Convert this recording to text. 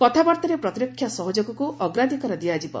କଥାବାର୍ତ୍ତାରେ ପ୍ରତିରକ୍ଷା ସହଯୋଗକୁ ଅଗ୍ରାଧିକାର ଦିଆଯିବ